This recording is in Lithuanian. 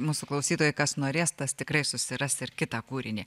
mūsų klausytojai kas norės tas tikrai susiras ir kitą kūrinį